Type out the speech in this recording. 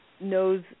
knows